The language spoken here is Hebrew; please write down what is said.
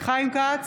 חיים כץ,